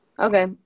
Okay